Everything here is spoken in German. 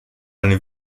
eine